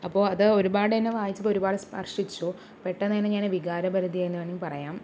അപ്പോൾ അത് ഒരുപാടെന്നെ വായിച്ചപ്പോൾ ഒരുപാട് സ്പർശിച്ചു പെട്ടന്നു തന്നെ ഞാന് വികാരഭരിതയായെന്ന് വേണമെങ്കിൽ പറയാം